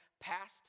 past